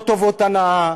לא טובות הנאה,